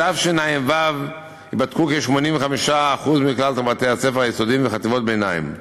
בתשע"ו ייבדקו כ-85% מכלל בתי-הספר היסודיים וחטיבות הביניים.